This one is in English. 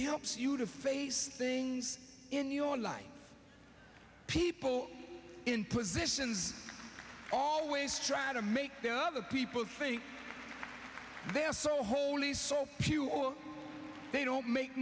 helps you to face things in your life people in positions always try to make the other people think they are so holy so few or they don't make